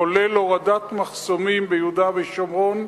כולל הורדת מחסומים ביהודה ושומרון,